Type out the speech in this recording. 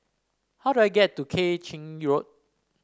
how do I get to Keng Chin Road